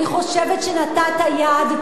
אני חושבת שנתת יד,